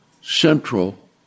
Central